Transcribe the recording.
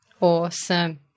awesome